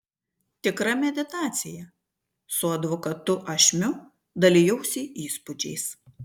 tikra meditacija su advokatu ašmiu dalijausi įspūdžiais